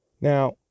Now